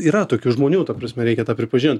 yra tokių žmonių ta prasme reikia tą pripažint